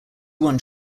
one